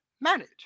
manage